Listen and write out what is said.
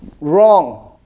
wrong